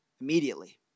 immediately